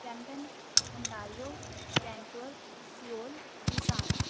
Brampton Ontario Vancouver Seoul Busan